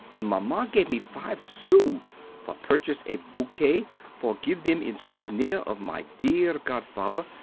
and maman give me five sous for purchase a bouquet for give them in souvenir of my dear godfather,